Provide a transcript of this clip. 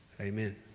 Amen